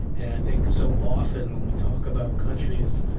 and i think, so often, when we talk about countries,